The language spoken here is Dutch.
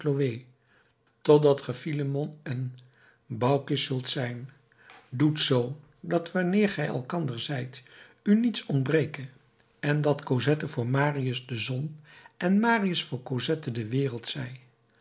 totdat ge philemon en baucis zult zijn doet zoo dat wanneer gij bij elkander zijt u niets ontbreke en dat cosette voor marius de zon en marius voor cosette de wereld zij